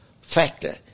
factor